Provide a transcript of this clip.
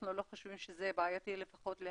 אנחנו לא חושבים שזאת בעיה להקים